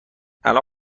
الان